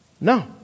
no